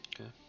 Okay